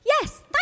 Yes